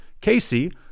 Casey